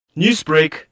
Newsbreak